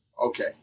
Okay